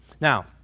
Now